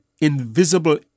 invisible